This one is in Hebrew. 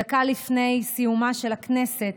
דקה לפני סיומה של הכנסת,